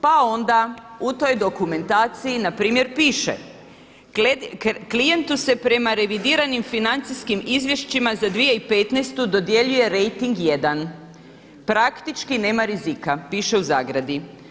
Pa onda u toj dokumentaciji npr. piše klijentu se prema revidiranim financijskim izvješćima za 2015. dodjeljuje rejting 1, praktički nema rizika, piše u zagradi.